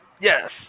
Yes